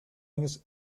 años